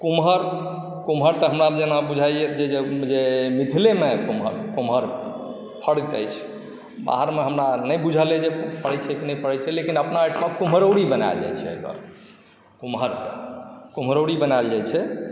कुमहर कुमहर तऽ हमरा जेना बुझायै जे जे मिथिलेमे कुमहर फड़ैत अछि बाहरमे हमरा नहि बुझल अछि फड़ैत अछि कि नहि फड़ैत अछि लेकिन अपना ओहिठाम कुम्हरौड़ी बनाओल जाइत छै एकर कुमहरकेँ कुम्हरौड़ी बनाओल जाइत छै